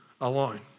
alone